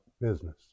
business